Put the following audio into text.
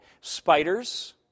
Spiders